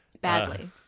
badly